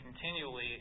continually